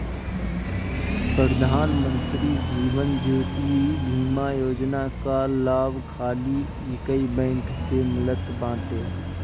प्रधान मंत्री जीवन ज्योति बीमा योजना कअ लाभ खाली एकही बैंक से मिलत बाटे